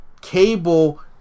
Cable